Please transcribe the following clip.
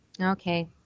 okay